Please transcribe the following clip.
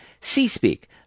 C-Speak